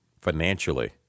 financially